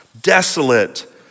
desolate